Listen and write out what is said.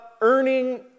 earning